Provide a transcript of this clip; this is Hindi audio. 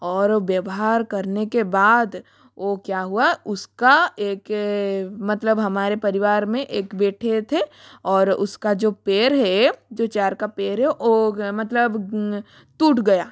और व्यवहार करने के बाद वो क्या हुआ उसका एक मतलब हमारे परिवार में एक बैठे थे और उसका जो पैर है जो चेयर का पैर है वो मतलब टूट गया